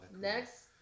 next